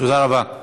תודה רבה.